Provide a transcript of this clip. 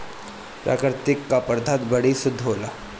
प्रकृति क पदार्थ बड़ी शुद्ध होला